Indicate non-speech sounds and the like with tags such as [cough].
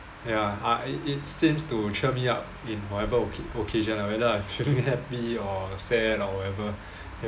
ya I it it seems to cheer me up in whatever occa~ occasion whether I'm feeling happy or sad or whatever [breath] ya